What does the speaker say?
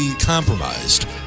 compromised